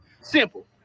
Simple